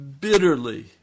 bitterly